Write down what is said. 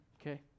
okay